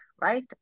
right